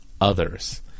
others